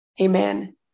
Amen